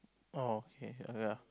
oh okay like that ah